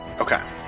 Okay